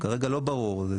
לא ברור כרגע.